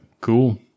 Cool